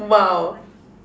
!wow!